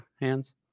hands